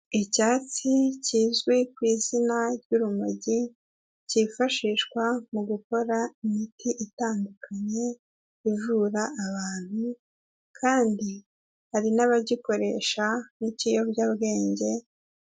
Icyatsi kizwi ku izina ry'urumogi, cyifashishwa mu gukora imiti itandukanye, ivura abantu kandi hari n'abagikoresha nk'ikiyobyabwenge.